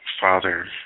Father